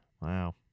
Wow